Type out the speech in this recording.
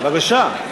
בבקשה.